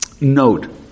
note